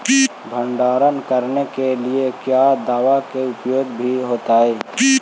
भंडारन करने के लिय क्या दाबा के प्रयोग भी होयतय?